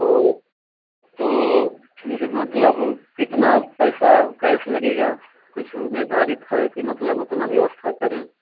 तो तो फिर मतलब कितना पैसा कैश लगेगा कुछ निर्धारित है कि मतलब उतना व्यवस्था करें